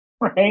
right